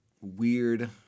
weird